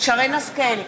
שרן השכל,